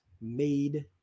made